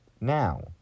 Now